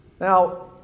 Now